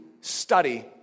study